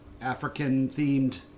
African-themed